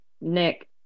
Nick